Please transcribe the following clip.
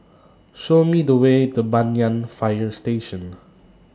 Show Me The Way to Banyan Fire Station